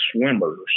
swimmers